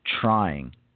trying